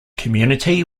community